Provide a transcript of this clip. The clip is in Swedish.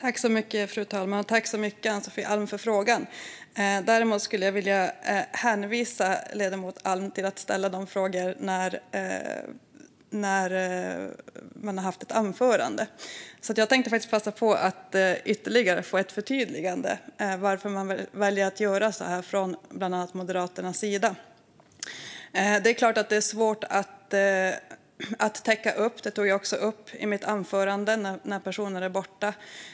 Fru talman! Tack så mycket, Ann-Sofie Alm, för frågan! Jag skulle vilja hänvisa ledamoten Alm till att ställa den typen av frågor i anslutning till ett huvudanförande. Jag tänkte passa på att ännu en gång be om ett förtydligande när det gäller varför man väljer att göra så här från bland annat Moderaternas sida. Det är klart att det är svårt att täcka upp - det tog jag också upp i mitt anförande - när personer är borta.